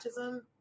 autism